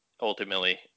Ultimately